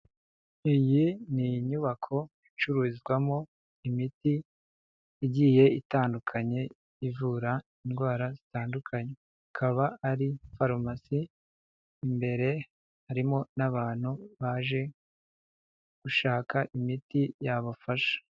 Iyi ni inyubako icururizwamo imiti igiye itandukanye ivura indwara zitandukanye, ikaba ari farumasi, imbere harimo n'abantu baje gushaka imiti yabafasha.